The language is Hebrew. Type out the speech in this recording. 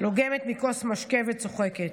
לוגמת מכוס משקה וצוחקת.